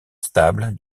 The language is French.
stable